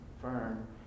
firm